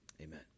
amen